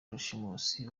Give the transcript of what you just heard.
rushimusi